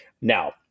Now